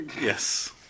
Yes